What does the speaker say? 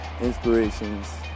inspirations